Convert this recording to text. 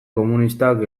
komunistak